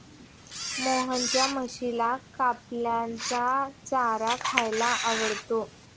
मोहनच्या म्हशीला कपिलाचा चारा खायला आवडतो